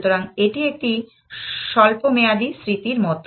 সুতরাং এটি একটি স্বল্পমেয়াদী স্মৃতির মত